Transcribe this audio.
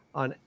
on